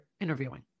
interviewing